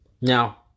Now